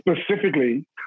specifically